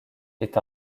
est